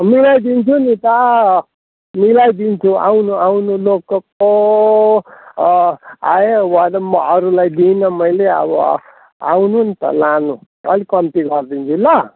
मिलाइदिन्छु नि त मिलाइदिन्छु आउनु आउनु को को आयो म अरूलाई दिइनँ मैले अब आउनु नि त लानु अलिक कम्ती गरिदिन्छु ल